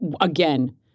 again